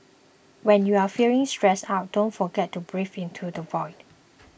when you are feeling stressed out don't forget to breathe into the void